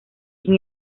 sin